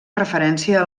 referència